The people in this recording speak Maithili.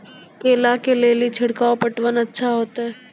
केला के ले ली छिड़काव पटवन अच्छा होते?